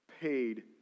paid